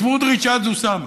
מסמוטריץ עד אוסאמה.